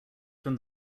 from